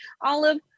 Olive